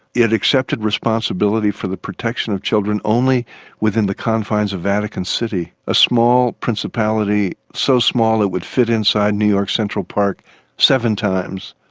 it accepted responsibility for the protection of children only within the confines of vatican city, a small principality, so small it would fit inside new york central park seven times.